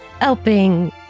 helping